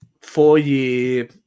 four-year